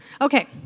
Okay